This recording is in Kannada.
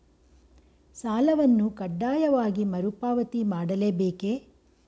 ಸಾಲವನ್ನು ಕಡ್ಡಾಯವಾಗಿ ಮರುಪಾವತಿ ಮಾಡಲೇ ಬೇಕೇ?